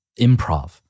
improv